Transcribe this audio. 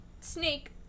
Snake